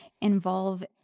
involve